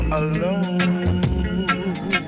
alone